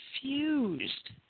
confused